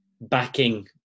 backing